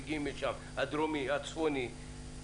הדרומי והצפוני.